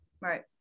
right